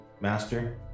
master